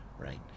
right